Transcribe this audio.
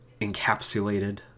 encapsulated